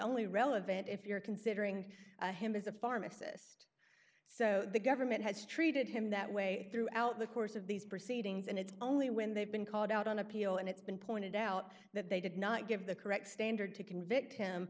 only relevant if you're considering him as a pharmacist so the government has treated him that way throughout the course of these proceedings and it's only when they've been called out on appeal and it's been pointed out that they did not give the correct standard to convict him